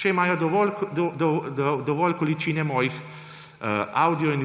Če imajo dovolj količine mojih avdio in